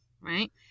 right